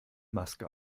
maske